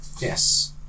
Yes